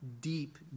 deep